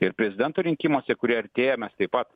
ir prezidento rinkimuose kurie artėja mes taip pat